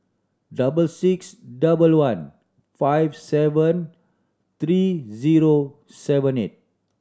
double six double one five seven three zero seven eight